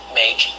make